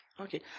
Okay